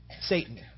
Satan